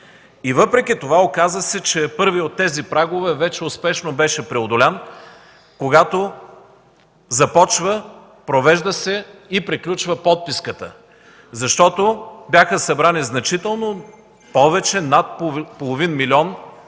Въпреки това, оказа се, че първият от тези прагове успешно беше преодолян, когато започва, провежда се и приключва подписката. Защото бяха събрани значително повече над половин милион